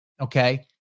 okay